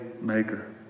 maker